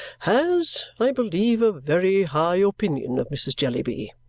has, i believe, a very high opinion of mrs. jellyby.